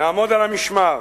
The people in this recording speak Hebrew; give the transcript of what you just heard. נעמוד על המשמר.